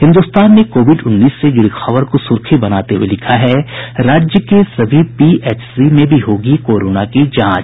हिन्दुस्तान ने कोविड उन्नीस से जुड़ी खबर को सुर्खी बनाते हुये लिखा है राज्य के सभी पीएचसी में भी होगी कोरोना की जांच